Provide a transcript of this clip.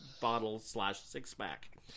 bottle-slash-six-pack